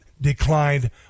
declined